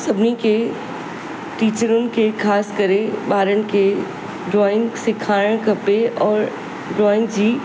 सभिनी खे टीचरुनि खे ख़ासि करे ॿारनि खे ड्रॉइंग सेखारिणु खपे और ड्रॉइंग जी